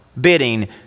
bidding